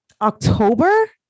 October